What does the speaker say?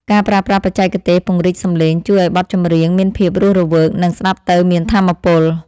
ការប្រើប្រាស់បច្ចេកទេសពង្រីកសំឡេងជួយឱ្យបទចម្រៀងមានភាពរស់រវើក និង ស្ដាប់ទៅមានថាមពល។